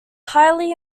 highly